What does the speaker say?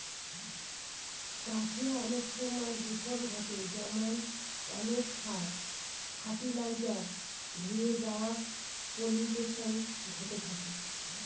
চাষে অনেক সময় দূষন ঘটে যেমন অনেক সার, ফার্টিলাইজার ধূয়ে ওয়াটার পলিউশন ঘটে থাকে